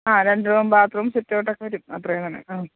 ആ രണ്ട് room bathroom സിറ്റൗട്ടൊക്കെ വരും അത്രയും തന്നെ ആ